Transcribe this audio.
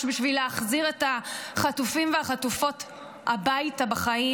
בשביל להחזיר את החטופים והחטופות הביתה בחיים,